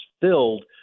filled